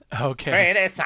Okay